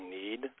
need